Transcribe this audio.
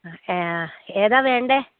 ഏ ഏതാണ് വേണ്ടത്